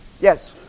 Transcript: Yes